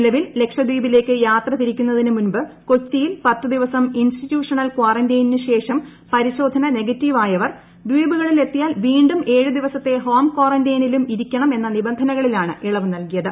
നിലവിൽ ലക്ഷദ്വീപിലേക്കു യാത്ര തിരിക്കുന്നതിന് മുൻപ് കൊച്ചിയിൽ പത്തുദിവസം ഇൻസ്റ്റിട്യൂഷണൽ ക്വാറന്റൈനിനു ശേഷം പരിശോധന നെഗറ്റീവ് ആയവർ ദ്വീപുകളിൽ എത്തിയാൽ വീണ്ടും ഏഴു ദിവസത്തെ ഹോം കാറന്റൈനെലും ഇരിക്കണമെന്ന നിബന്ധനകളിലാണ് ഇളവ് നൽകിയത്